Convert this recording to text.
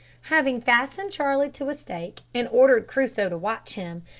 having fastened charlie to a stake, and ordered crusoe to watch him,